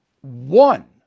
one